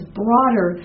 broader